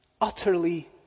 utterly